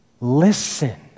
listen